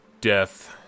death